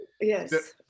yes